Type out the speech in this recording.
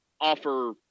offer